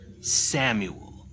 Samuel